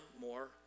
more